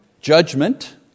judgment